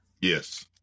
Yes